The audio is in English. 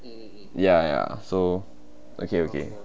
ya ya so okay okay